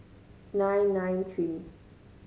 nine nine three